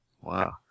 Wow